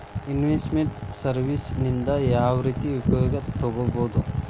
Invest made services ನಿಂದಾ ಯಾವ್ರೇತಿ ಉಪಯೊಗ ತಗೊಬೊದು?